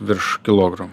virš kilogramo